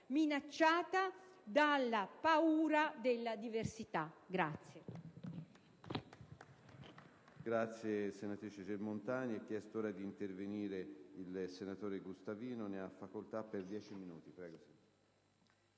minacciata dalla paura della diversità.